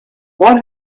what